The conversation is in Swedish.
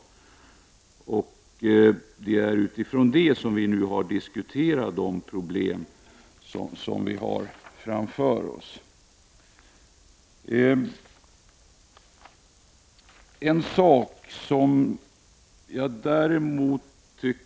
Det är med den utgångspunkten som vi har diskuterat de problem som finns framför oss.